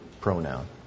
pronoun